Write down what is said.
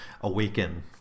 awaken